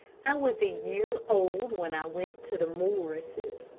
i was a year old when i went to the morrises,